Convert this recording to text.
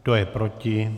Kdo je proti?